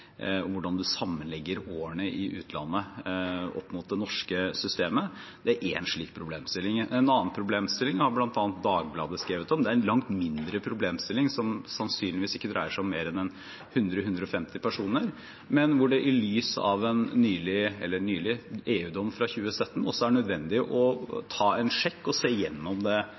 hvordan man legger sammen årene i utlandet, opp mot det norske systemet. Det er én slik problemstilling. En annen problemstilling har bl.a. Dagbladet skrevet om. Det er en langt mindre problemstilling, som sannsynligvis ikke dreier seg om mer enn 100–150 personer, men der det i lys av en EU-dom fra 2017 er nødvendig å ta en sjekk og se